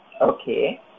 Okay